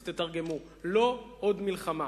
אז תתרגמו: לא עוד מלחמה.